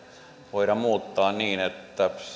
voida muuttaa niin että